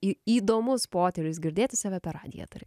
į įdomus potyris girdėti save per radiją tarkim